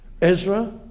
Ezra